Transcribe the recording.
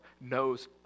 knows